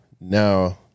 now